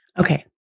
Okay